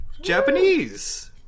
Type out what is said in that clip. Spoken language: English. Japanese